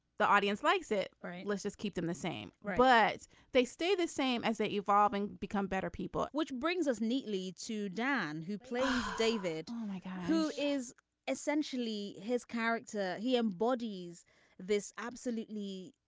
the audience likes it. right. let's just keep them the same. but they stay the same as they are evolving become better people which brings us neatly to dan who plays david mike who is essentially his character. he embodies this. absolutely